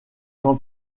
jean